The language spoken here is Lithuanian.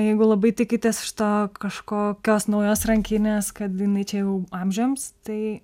jeigu labai tikitės iš to kažkokios naujos rankinės kad jinai čia jau amžiams tai